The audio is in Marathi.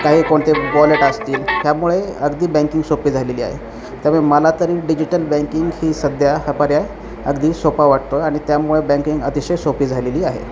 काही कोणते वॉलेट असतील त्यामुळे अगदी बँकिंग सोपी झालेली आहे त्यामुळे मला तरी डिजिटल बँकिंग ही सध्या हा पर्याय अगदी सोपा वाटतो आहे आणि त्यामुळे बँकिंग अतिशय सोपी झालेली आहे